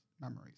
memories